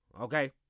Okay